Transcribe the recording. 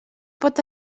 pot